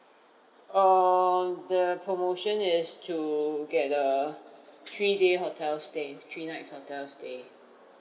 on the promotion is to get the three day hotel stay three nights hotel stay